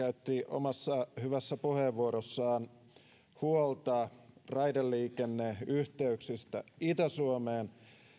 omassa hyvässä puheenvuorossaan esiin huolta raideliikenneyhteyksistä itä suomeen